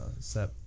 set